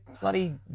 bloody